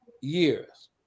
years